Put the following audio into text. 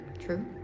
True